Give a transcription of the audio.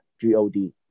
G-O-D